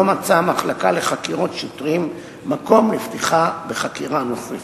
לא מצאה המחלקה לחקירות שוטרים מקום לפתיחה בחקירה נוספת.